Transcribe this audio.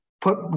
put